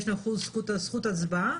ויש לו זכות הצבעה.